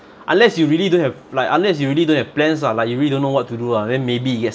unless you really don't have like unless you really don't have plans lah like you really don't know what to do lah then maybe yes